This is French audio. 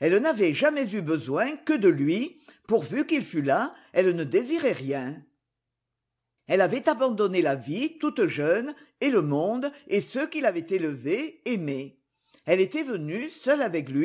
elle n'avait eu jamais besoin que de lui pourvu qu'il fût là elle ne désirait rien elle avait abandonné la vie toute jeune et le monde et ceux qui l'avaient élevée aimée elle était venue seule avec